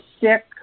sick